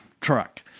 truck